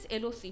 LOC